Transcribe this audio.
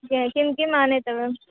किं किं किम् आनेतव्यम्